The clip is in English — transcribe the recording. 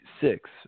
six